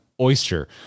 oyster